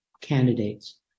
candidates